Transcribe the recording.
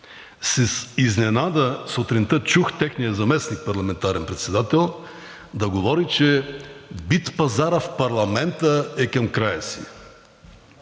С изненада сутринта чух техния заместник парламентарен председател да говори, че битпазарът в парламента е към края си.